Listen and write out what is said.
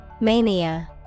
Mania